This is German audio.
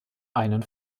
einen